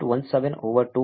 17 over 2